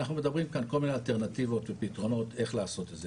אנחנו מדברים כאן על כל מיני אלטרנטיבות ופתרונות איך לעשות את זה,